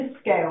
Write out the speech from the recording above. scale